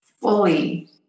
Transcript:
fully